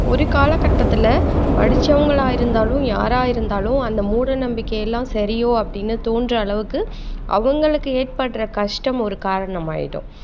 ஒரு காலகட்டத்தில் படிச்சவங்களாக இருந்தாலும் யாராக இருந்தாலும் அந்த மூட நம்பிக்கையெல்லாம் சரியோ அப்படின்னு தோன்றுற அளவுக்கு அவங்களுக்கு ஏற்படுகிற கஷ்டம் ஒரு காரணமாகிடும்